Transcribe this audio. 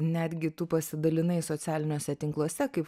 netgi tu pasidalinai socialiniuose tinkluose kaip